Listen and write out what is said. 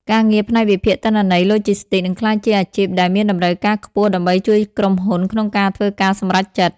ការងារផ្នែកវិភាគទិន្នន័យឡូជីស្ទីក នឹងក្លាយជាអាជីពដែលមានតម្រូវការខ្ពស់ដើម្បីជួយក្រុមហ៊ុនក្នុងការធ្វើការសម្រេចចិត្ត។